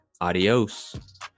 adios